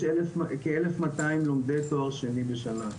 יש כ-1,200 לומדי תואר שני בשנה.